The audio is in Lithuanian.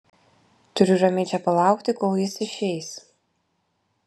turiu ramiai čia palaukti kol jis išeis